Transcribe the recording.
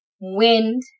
wind